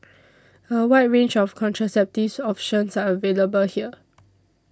a wide range of contraceptive options are available here